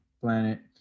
planet